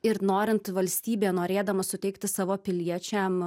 ir norint valstybė norėdama suteikti savo piliečiam